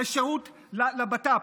לשירות הבט"פ.